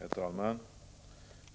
Herr talman!